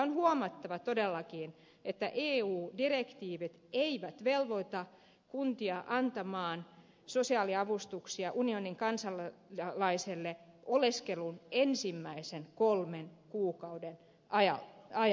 on huomattava todellakin että eu direktiivit eivät velvoita kuntia antamaan sosiaaliavustuksia unionin kansalaisille oleskelun ensimmäisen kolmen kuukauden aikana